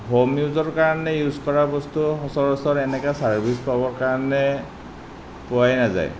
home ইউজৰ কাৰণে use কৰা বস্তু সচৰাচৰ এনেকা চাৰ্ভিছ পাবৰ কাৰণে পোৱাই নেযায়